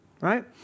right